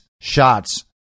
shots